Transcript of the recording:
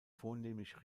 vornehmlich